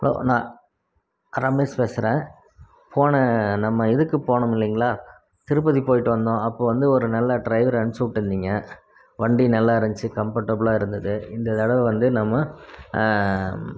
hello நான் ரமேஷ் பேசுறேன் போன நம்ம இதுக்கு போனோம் இல்லீங்ளா திருப்பதி போயிட்டு வந்தோம் அப்போது வந்து ஒரு நல்ல ட்ரைவர் அனுப்பிச்சி விட்டுருந்திங்க வண்டி நல்லாருந்துச்சி கம்ஃபோர்ட்டபுளாக இருந்தது இந்த தடவை வந்து நம்ம